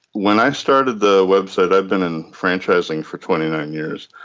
when i started the website, i've been in franchising for twenty nine years,